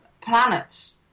planets